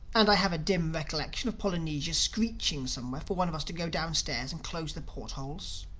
and i have a dim recollection of polynesia screeching somewhere for one of us to go downstairs and close the port-holes.